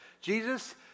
Jesus